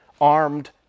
armed